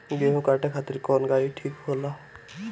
गेहूं काटे खातिर कौन गाड़ी ठीक होला?